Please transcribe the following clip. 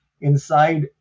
inside